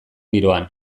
giroan